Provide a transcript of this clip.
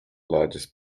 largest